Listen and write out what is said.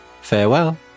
Farewell